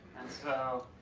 and so,